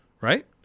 Right